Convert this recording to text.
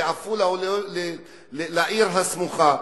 לעפולה או לעיר הסמוכה,